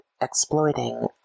exploiting